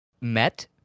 met